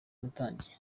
natangiye